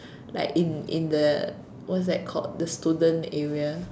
like in in the what's that called the student area